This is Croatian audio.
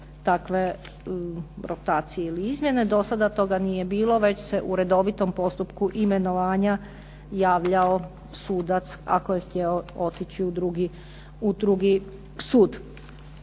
takve rotacije ili izmjene. Do sada toga nije bilo, već se u redovitom postupku imenovanja javljao sudac ako je htjeo otići u drugi sud.